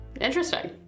Interesting